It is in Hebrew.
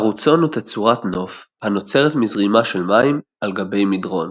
ערוצון הוא תצורת נוף הנוצרת מזרימה של מים על גבי מדרון.